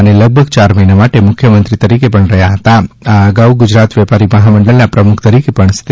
અને લગભગ ચાર મહિના માટે મુખ્યમંત્રી તરીકે પણ રહ્યાં હતા આ અગાઉ ગુજરાત વેપારી મહામંડળના પ્રમુખ તરીકે પણ સેવાઓ આપી હતી